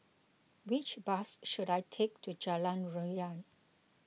which bus should I take to Jalan Ria